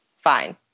fine